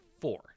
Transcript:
four